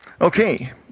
Okay